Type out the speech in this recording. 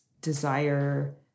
desire